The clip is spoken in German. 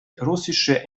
russische